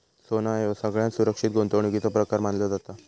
सोना ह्यो सगळ्यात सुरक्षित गुंतवणुकीचो प्रकार मानलो जाता